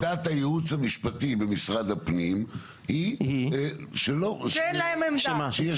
-- שעמדת הייעוץ המשפטי במשרד הפנים היא שיש קשיים,